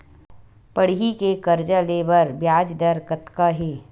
पढ़ई के कर्जा ले बर ब्याज दर कतका हे?